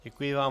Děkuji vám.